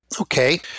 Okay